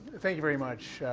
thank you very much.